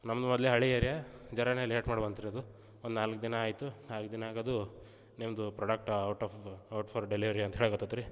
ನಮ್ದು ಮೊದಲೇ ಹಳೇ ಏರ್ಯಾ ಜರಾನೇ ಲೇಟ್ ಮಾಡಿ ಬಂತು ರೀ ಅದು ಒಂದು ನಾಲ್ಕು ದಿನ ಆಯ್ತು ನಾಲ್ಕು ದಿನ ಆಗೋದು ನಿಮ್ದು product out of out for delivery ಅಂತ ಹೇಳಕತ್ತಿತು ರೀ